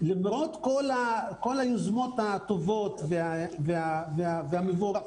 למרות כל היוזמות הטובות והמבורכות,